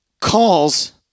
calls